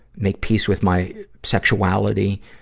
make peace with my sexuality,